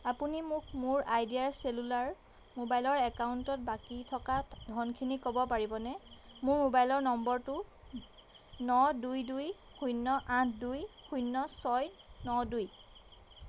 আপুনি মোক মোৰ আইডিয়া চেলুলাৰ মোবাইলৰ একাউণ্টত বাকী থকা ধনখিনি ক'ব পাৰিবনে মোৰ মোবাইলৰ নম্বৰটো ন দুই দুই শূন্য আঠ দুই শূন্য ছয় ন দুই